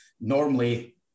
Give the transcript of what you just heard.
normally